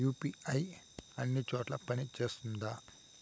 UPI అన్ని చోట్ల పని సేస్తుందా?